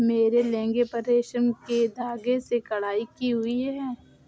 मेरे लहंगे पर रेशम के धागे से कढ़ाई की हुई है